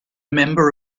member